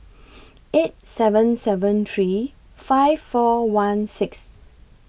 eight seven seven three five four one six